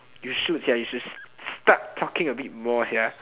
you should sia you should s~ start talking a bit more sia